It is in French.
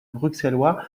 bruxellois